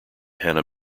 hannah